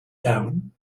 down